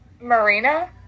Marina